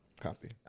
Copy